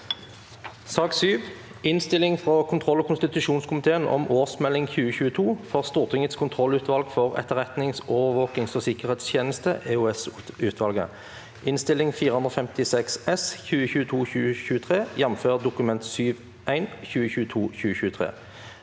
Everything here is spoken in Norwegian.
Innstilling frå kontroll- og konstitusjonskomiteen om Årsmelding 2022 for Stortingets kontrollutvalg for etter- retnings-, overvåkings- og sikkerhetstjeneste (EOS-utval- get) (Innst. 456 S (2022–2023), jf. Dokument 7:1 (2022– 2023))